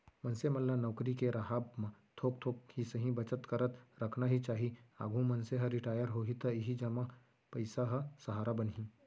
मनसे मन ल नउकरी के राहब म थोक थोक ही सही बचत करत रखना ही चाही, आघु मनसे ह रिटायर होही त इही जमा पइसा ह सहारा बनही